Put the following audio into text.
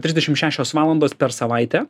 trisdešim šešios valandos per savaitę